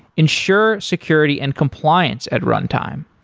ensure security and compliance at runtime.